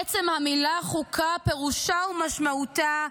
עצם המילה חוקה, פירושה ומשמעותה,